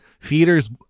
theaters